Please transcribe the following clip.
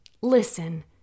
Listen